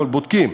הכול בודקים,